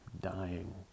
dying